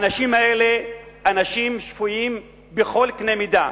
האנשים האלה הם אנשים שפויים בכל קנה מידה,